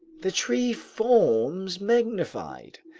the tree forms magnified.